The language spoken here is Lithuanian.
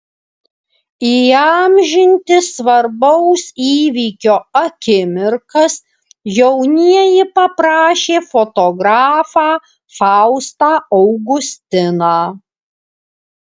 įamžinti svarbaus įvykio akimirkas jaunieji paprašė fotografą faustą augustiną